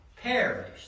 perish